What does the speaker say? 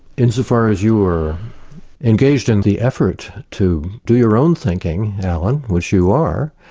insofar as you are engaged in the effort to do your own thinking, alan, which you are,